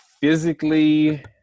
physically